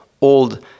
old